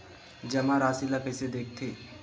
जमा राशि ला कइसे देखथे?